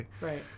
Right